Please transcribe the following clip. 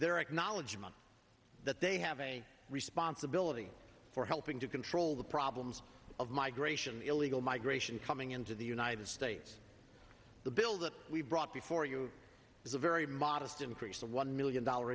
their acknowledgement that they have a responsibility for helping to control the problems of migration the illegal migration coming into the united states the bill that we brought before you is a very modest increase of one million dollar